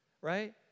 right